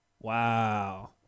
Wow